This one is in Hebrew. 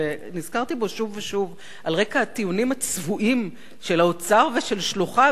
שנזכרתי בו שוב ושוב על רקע הטיעונים הצבועים של האוצר ושל שלוחיו